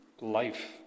life